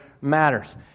matters